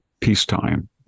peacetime